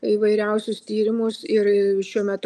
įvairiausius tyrimus ir šiuo metu